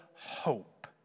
Hope